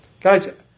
Guys